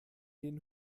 den